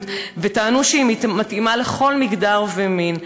וטענו שהיא מתאימה לכל מגדר ומין.